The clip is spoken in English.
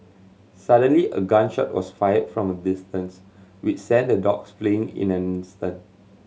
suddenly a gun shot was fired from a distance which sent the dogs fleeing in an instant